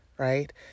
right